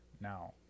Now